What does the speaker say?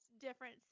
different